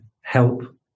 help